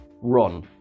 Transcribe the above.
run